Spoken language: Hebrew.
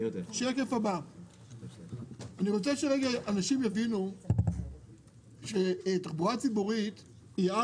אני רוצה שאנשים יבינו שתחבורה ציבורית חשובה